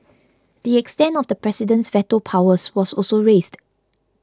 the extent of the president's veto powers was also raised